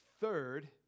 Third